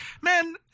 Man